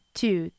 two